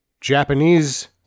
Japanese